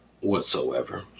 whatsoever